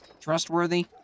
trustworthy